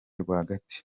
rwagati